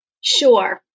Sure